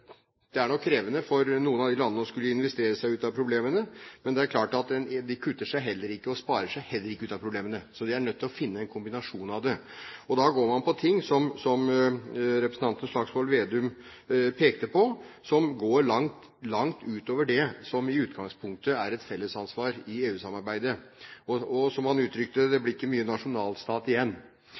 er klart at de kutter og sparer seg heller ikke ut av problemene, så de er nødt til å finne fram til en kombinasjon av det. Da går man på slikt som representanten Slagsvold Vedum pekte på, som går langt utover det som i utgangspunktet er et fellesansvar i EU-samarbeidet. Som han uttrykte det: Det blir ikke mye nasjonalstat igjen.